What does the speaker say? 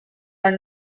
are